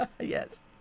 Yes